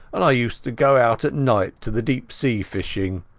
and i used to go out at night to the deep-sea fishing.